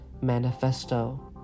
manifesto